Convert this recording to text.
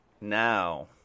now